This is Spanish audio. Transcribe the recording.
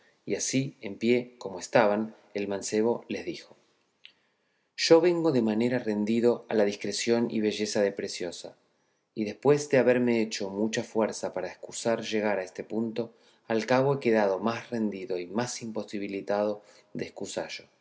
y así en pie como estaban el mancebo les dijo yo vengo de manera rendido a la discreción y belleza de preciosa que después de haberme hecho mucha fuerza para escusar llegar a este punto al cabo he quedado más rendido y más imposibilitado de